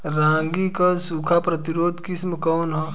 रागी क सूखा प्रतिरोधी किस्म कौन ह?